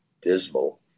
dismal